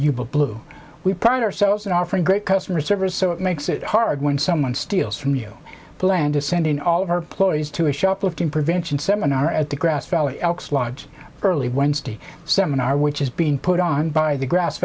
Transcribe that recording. uber blue we pride ourselves in offering great customer service so it makes it hard when someone steals from you plan to send in all of our ploys to a shoplifting prevention seminar at the grass valley elks lodge early wednesday seminar which has been put on by the grass